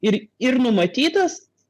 ir ir numatytas